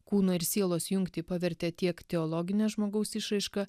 kūno ir sielos jungtį pavertę tiek teologine žmogaus išraiška